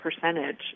percentage